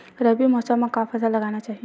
रबी मौसम म का फसल लगाना चहिए?